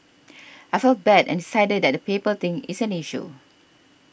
I felt bad and cited that the paper thing is an issue